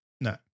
No